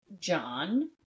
John